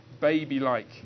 baby-like